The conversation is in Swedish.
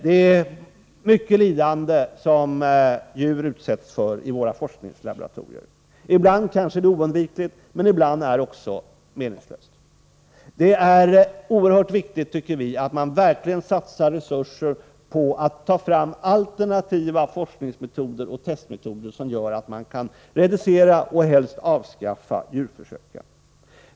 Det är mycket lidande som djur utsätts för i våra forskningslaboratorier. Ibland är det kanske oundvikligt, men ibland är det också meningslöst. Det är oerhört viktigt, tycker vi, att man verkligen satsar resurser på att ta fram alternativa forskningsmetoder och testa metoder som gör att man kan reducera och helst avskaffa djurförsöken.